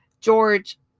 George